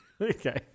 Okay